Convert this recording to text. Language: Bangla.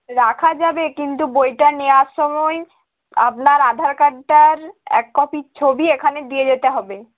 রাখা যাবে কিন্তু বইটা নেওয়ার সময় আপনার আধার কার্ডটার এক কপি ছবি এখানে দিয়ে যেতে হবে